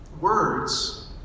words